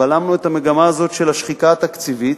בלמנו את המגמה הזאת של השחיקה התקציבית,